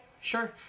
sure